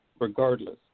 regardless